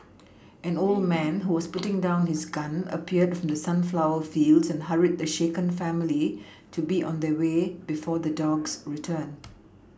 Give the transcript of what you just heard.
an old man who was putting down his gun appeared from the sunflower fields and hurried the shaken family to be on their way before the dogs return